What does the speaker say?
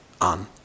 on